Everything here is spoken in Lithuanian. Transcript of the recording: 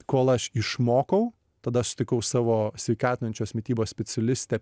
kol aš išmokau tada aš sutikau savo sveikatinančios mitybos specialistę